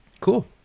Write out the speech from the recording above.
Cool